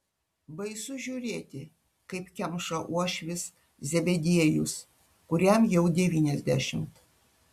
baisu žiūrėti kaip kemša uošvis zebediejus kuriam jau devyniasdešimt